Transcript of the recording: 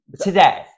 today